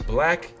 Black